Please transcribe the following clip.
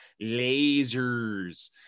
lasers